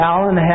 Alan